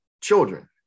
children